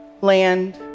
Land